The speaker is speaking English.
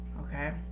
okay